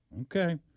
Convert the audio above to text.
Okay